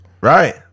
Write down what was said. Right